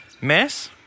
mess